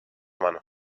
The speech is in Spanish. mano